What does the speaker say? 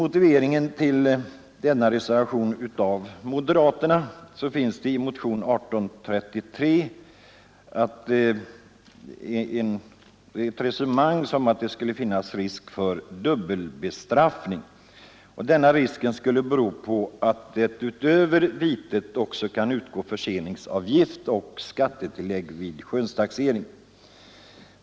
Motiveringen till moderaternas reservation är resonemanget i motionen 1833, att det skulle föreligga risk för dubbelbestraffning därigenom att det utöver vitet också kan utgå förseningsavgift och skattetillägg vid skönstaxering.